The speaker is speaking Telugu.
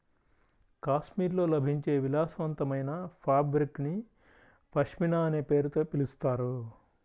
కాశ్మీర్లో లభించే విలాసవంతమైన ఫాబ్రిక్ ని పష్మినా అనే పేరుతో పిలుస్తారు